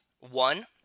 One